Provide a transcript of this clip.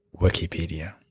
wikipedia